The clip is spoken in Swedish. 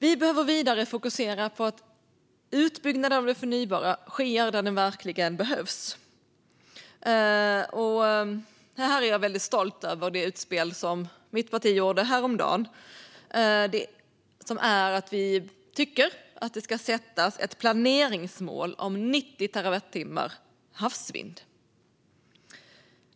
Vi behöver vidare fokusera på att utbyggnad av det förnybara sker där det verkligen behövs. Här är jag väldigt stolt över det utspel som mitt parti gjorde häromdagen. Vi tycker att det ska sättas ett planeringsmål om 90 terawattimmar havsvind.